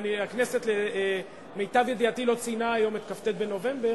הכנסת למיטב ידיעתי לא ציינה היום את כ"ט בנובמבר.